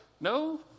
No